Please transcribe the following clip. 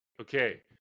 Okay